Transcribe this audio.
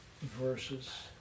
verses